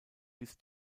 bis